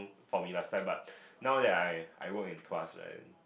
for me last time but now that I I work in Tuas right